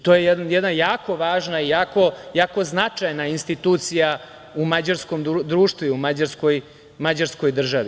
To je jedna jako važna i jako značajna institucija u mađarskom društvu i u mađarskoj državi.